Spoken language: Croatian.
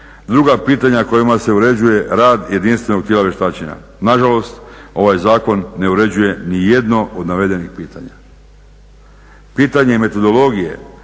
druga pitanja kojima se uređuje rad jedinstvenog tijela vještačenja. Nažalost, ovaj zakon ne uređuje nijedno od navedenih pitanja. Pitanje metodologije